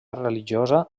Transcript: religiosa